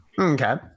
Okay